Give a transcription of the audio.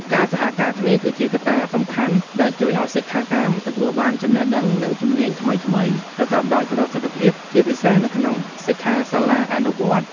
ការសហការគ្នា គឺជាកត្តាសំខាន់ដែលជួយឲ្យសិក្ខាកាមទទួលបានចំណេះដឹង និងជំនាញថ្មីៗប្រកបដោយប្រសិទ្ធភាព ជាពិសេសនៅក្នុង សិក្ខាសាលាអនុវត្តន៍។